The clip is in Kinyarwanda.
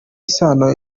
isano